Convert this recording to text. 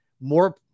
more